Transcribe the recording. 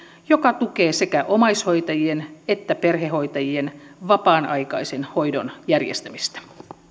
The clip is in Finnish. joka tukee sekä omaishoitajien että perhehoitajien vapaan aikaisen hoidon järjestämistä